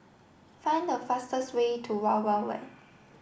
find the fastest way to Wild Wild Wet